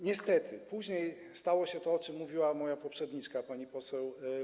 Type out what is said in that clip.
Niestety, później stało się to, o czym mówiła moja poprzedniczka, pani poseł.